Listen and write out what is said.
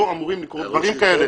לא אמורים לקרות דברים כאלה.